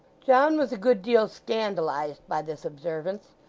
john was a good deal scandalised by this observance,